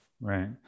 Right